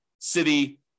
city